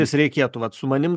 nes reikėtų su manim